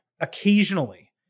occasionally